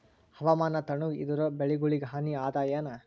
ಹವಾಮಾನ ತಣುಗ ಇದರ ಬೆಳೆಗೊಳಿಗ ಹಾನಿ ಅದಾಯೇನ?